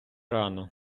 рану